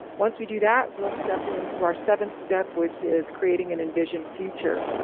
once we do that, we'll step into our seventh step, which is creating an envisioned future,